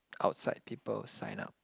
outside people sign up